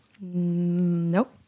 Nope